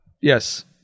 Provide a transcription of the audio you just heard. Yes